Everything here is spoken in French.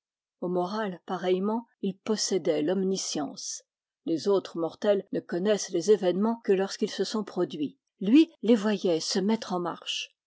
au moral pareillement il possédait l'omniscience les autres mortels ne connaissent les événements que lorsqu'ils se sont pro duits lui les voyait se mettre en marche